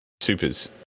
supers